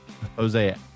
Jose